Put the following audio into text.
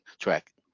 track